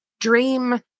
dream